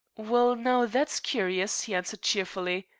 well, now, that's curious, he answered cheerfully.